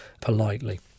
politely